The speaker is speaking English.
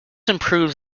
improves